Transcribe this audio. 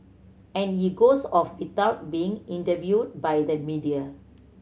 and he goes off without being interviewed by the media